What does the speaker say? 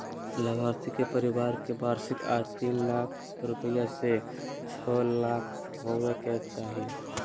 लाभार्थी के परिवार के वार्षिक आय तीन लाख रूपया से छो लाख होबय के चाही